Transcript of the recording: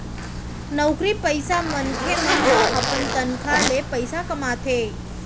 नउकरी पइसा मनसे मन ह अपन तनखा ले पइसा कमाथे